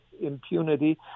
impunity